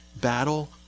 battle